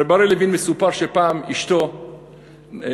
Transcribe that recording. על רבי אריה לוין מסופר שפעם אשתו נפלה,